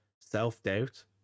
self-doubt